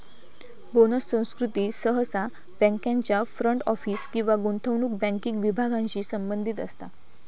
bonus संस्कृती सहसा बँकांच्या फ्रंट ऑफिस किंवा गुंतवणूक बँकिंग विभागांशी संबंधित असता